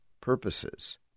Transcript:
purposes